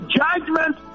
judgment